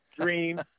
dream